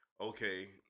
okay